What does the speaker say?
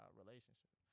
relationship